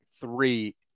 three